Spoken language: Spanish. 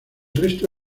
resto